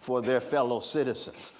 for their fellow citizens.